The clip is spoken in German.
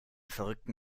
verrückten